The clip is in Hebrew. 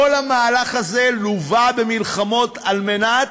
כל המהלך הזה לווה במלחמות על מנת